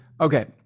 okay